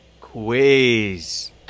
quiz